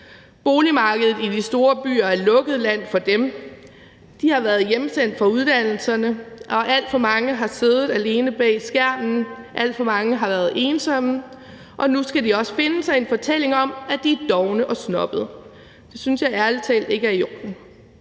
Boligmarkedet i de store byer er lukket land for dem, de har været hjemsendt fra uddannelserne, og alt for mange har siddet alene bag skærmen, alt for mange har været ensomme, og nu skal de også finde sig i en fortælling om, at de er dovne og snobbede. Det synes jeg ærlig talt ikke er i orden.